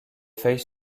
feuilles